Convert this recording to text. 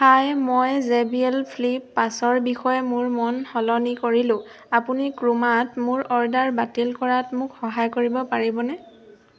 হাই মই JBL flip পাঁচৰ বিষয়ে মোৰ মন সলনি কৰিলোঁ আপুনি ক্ৰোমাত মোৰ অৰ্ডাৰ বাতিল কৰাত মোক সহায় কৰিব পাৰিবনে